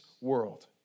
world